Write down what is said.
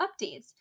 updates